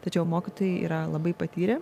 tačiau mokytojai yra labai patyrę